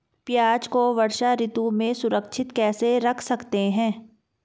प्याज़ को वर्षा ऋतु में सुरक्षित कैसे रख सकते हैं?